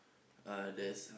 uh there's